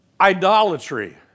Idolatry